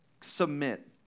submit